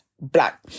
Black